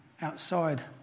outside